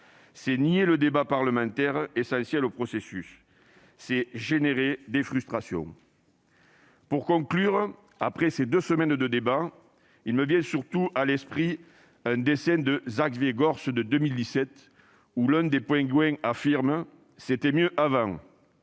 C'est nier le débat parlementaire, essentiel dans le processus, et c'est susciter des frustrations. Pour conclure, après ces deux semaines de débats, il me vient surtout à l'esprit un dessin de Xavier Gorce de 2017. On y voit l'un des pingouins affirmer :« C'était mieux avant.